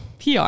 PR